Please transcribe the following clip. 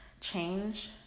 change